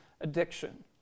addiction